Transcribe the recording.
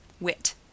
Wit